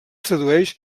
tradueix